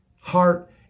heart